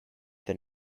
than